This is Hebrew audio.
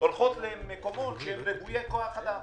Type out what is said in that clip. הולכות למקומות שהם רוויי כוח אדם.